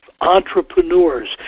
entrepreneurs